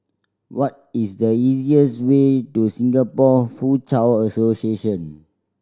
what is the easiest way to Singapore Foochow Association